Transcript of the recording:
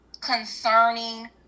concerning